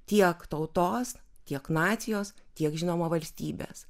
tiek tautos tiek nacijos tiek žinoma valstybės